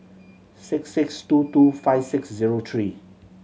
six six two two five six zero three